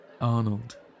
Arnold